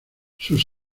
sus